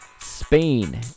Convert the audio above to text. Spain